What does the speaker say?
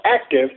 active